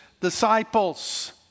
disciples